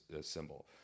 symbol